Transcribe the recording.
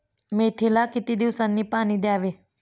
मेथीला किती दिवसांनी पाणी द्यावे?